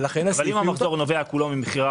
אם המחזור נובע כולו ממכירה,